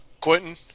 Quentin